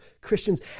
Christians